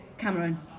Cameron